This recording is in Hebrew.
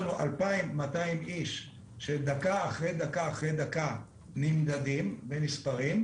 פה יש לנו 2,200 איש שדקה אחרי דקה אחרי דקה נמדדים ונספרים.